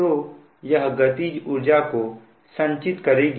तो यह गतिज ऊर्जा को संचित करेगी